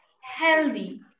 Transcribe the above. healthy